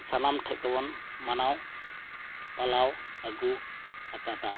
ᱥᱟᱱᱟᱢ ᱴᱷᱮᱡ ᱜᱮᱵᱚᱱ ᱢᱟᱱᱟᱣ ᱯᱟᱞᱟᱣ ᱟᱹᱜᱩ ᱟᱠᱟᱫᱟ